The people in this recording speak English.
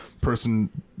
person